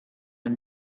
are